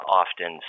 often